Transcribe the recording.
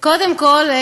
קודם כול,